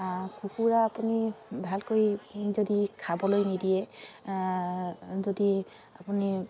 কুকুৰা আপুনি ভালকৈ যদি খাবলৈ নিদিয়ে যদি আপুনি